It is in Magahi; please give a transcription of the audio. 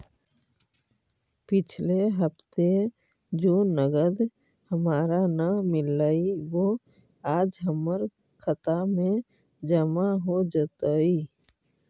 पिछले हफ्ते जो नकद हमारा न मिललइ वो आज हमर खता में जमा हो जतई